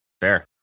fair